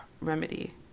remedy